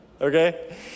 Okay